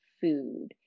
food